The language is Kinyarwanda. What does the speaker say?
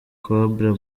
cobra